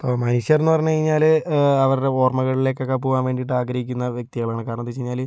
ഇപ്പോൾ മനുഷ്യർ എന്നു പറഞ്ഞു കഴിഞ്ഞാൽ അവരുടെ ഓർമ്മകളിലേക്ക് ഒക്കെ പോകാൻ വേണ്ടിയിട്ട് ആഗ്രഹിക്കുന്ന വ്യക്തികളാണ് കാരണം എന്താന്ന് വെച്ച് കഴിഞ്ഞാൽ